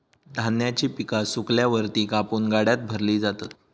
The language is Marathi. धान्याची पिका सुकल्यावर ती कापून गाड्यात भरली जातात